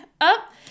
up